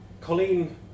Colleen